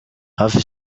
hafi